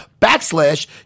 backslash